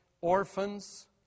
orphans